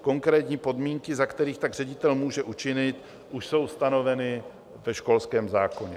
Konkrétní podmínky, za kterých tak ředitel může učinit, už jsou stanoveny ve školském zákoně.